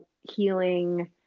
healing